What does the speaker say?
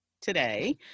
today